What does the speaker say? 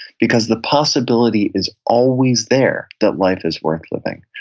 because the possibility is always there that life is worth living?